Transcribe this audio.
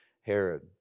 Herod